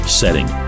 setting